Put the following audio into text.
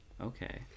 Okay